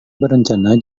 berencana